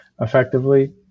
effectively